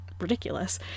ridiculous